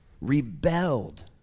rebelled